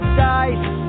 dice